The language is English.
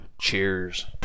Cheers